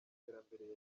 iterambere